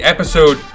Episode